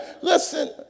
Listen